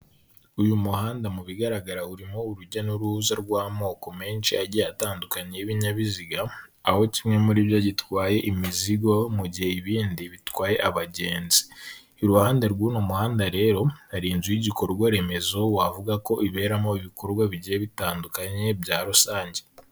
Uyu muhanda mu bigaragara urimo urujya n'uruza rw'amoko menshi agiye atandukanye y'ibinyabiziga, aho kimwe muri byo gitwaye imizigo mu gihe ibindi bitwaye abagenzi. Iruhande rw'uno muhanda rero, hari inzu y'igikorwa remezo wavuga ko iberamo ibikorwa bigiye bitandukanye bya rusange.